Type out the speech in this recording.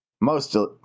mostly